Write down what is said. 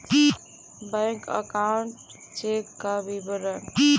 Bank account check का विवरण?